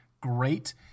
great